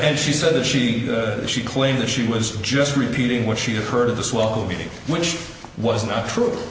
and she said that she she claimed that she was just repeating what she had heard of the swallow meeting which was not true